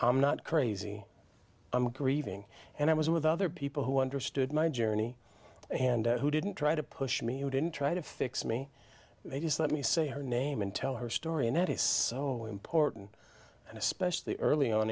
i'm not crazy i'm grieving and i was with other people who understood my journey and who didn't try to push me you didn't try to fix me they just let me say her name and tell her story and that is so important especially early on